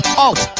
out